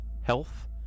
Health